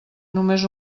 només